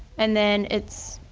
and then it's